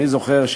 אני זוכר,